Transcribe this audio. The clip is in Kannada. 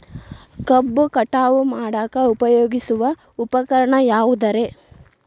ಕಬ್ಬು ಕಟಾವು ಮಾಡಾಕ ಉಪಯೋಗಿಸುವ ಉಪಕರಣ ಯಾವುದರೇ?